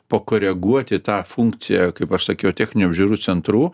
pakoreguoti tą funkciją kaip aš pasakiau techninių apžiūrų centrų